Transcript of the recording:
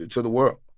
to the world.